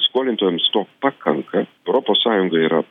skolintojams to pakanka europos sąjunga yra